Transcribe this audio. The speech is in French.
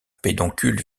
pédoncule